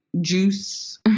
juice